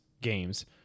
Games